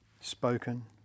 spoken